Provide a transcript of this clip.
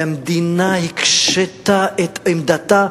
והמדינה הקשתה את עמדתה,